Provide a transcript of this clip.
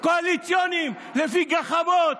קואליציוניים לפי גחמות,